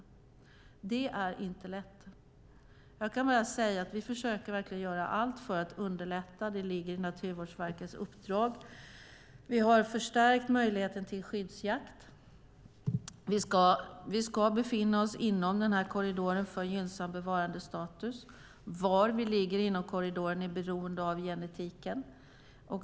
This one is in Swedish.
Det är inte lätt. Vi försöker verkligen göra allt för att underlätta. Det ligger i Naturvårdsverkets uppdrag. Vi har förstärkt möjligheten till skyddsjakt. Vi ska befinna oss inom den här korridoren för gynnsam bevarandestatus. Var vi ligger inom korridoren är beroende av genetiken.